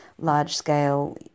large-scale